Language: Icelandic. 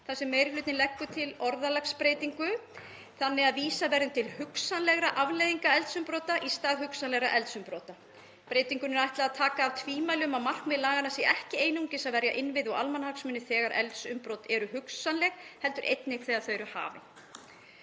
á 1. mgr. 1. gr. frumvarpsins þannig að vísað verði til hugsanlegra afleiðinga eldsumbrota í stað hugsanlegra eldsumbrota. Breytingunni er ætlað að taka af tvímæli um að markmið laganna sé ekki einungis að verja innviði og almannahagsmuni þegar eldsumbrot eru hugsanleg heldur einnig þegar þau eru hafin.“